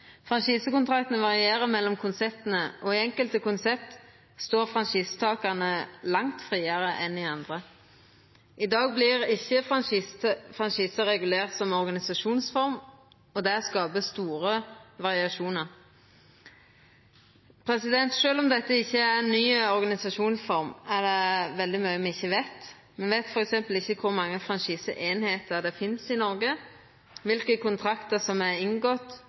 Franchisekontraktane varierer mellom konsepta, og i enkelte konsept står franchisetakarane langt friare enn i andre. I dag vert ikkje franchise regulert som organisasjonsform, og det skapar store variasjonar. Sjølv om dette ikkje er ei ny organisasjonsform, er det veldig mykje me ikkje veit. Me veit f.eks. ikkje kor mange franchiseeiningar det finst i Noreg, og kva kontraktar som er inngått